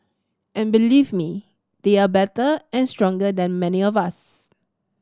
and believe me they are better and stronger than many of us